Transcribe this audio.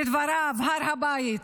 לדבריו, הר הבית.